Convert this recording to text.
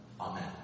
Amen